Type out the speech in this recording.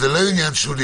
בעניין הטבלה,